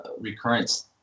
recurrence